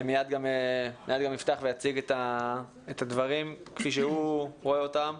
מיד הוא יפתח ויציג את הדברים כפי שהוא רואה אותם.